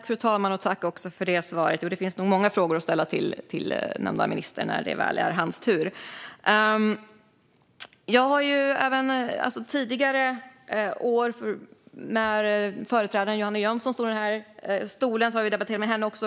Fru talman! Jag tackar för svaret. Det finns nog många frågor att ställa till nämnde minister när det väl är hans tur. När Jonny Catos företrädare Johanna Jönsson stod i denna talarstol debatterade jag med henne.